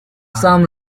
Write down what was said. some